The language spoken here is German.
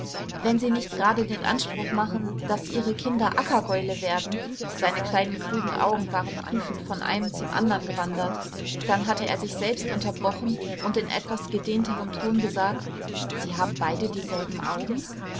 wenn sie nicht gerade den anspruch machen daß ihre kinder ackergäule werden seine kleinen klugen augen waren prüfend von einem zum anderen gewandert dann hatte er sich selbst unterbrochen und in etwas gedehnterem ton gesagt sie haben beide dieselben augen